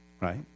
right